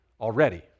already